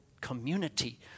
community